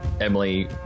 Emily